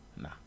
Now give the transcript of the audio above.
nah